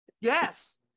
Yes